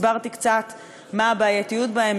הסברתי קצת מה הבעייתיות בהן,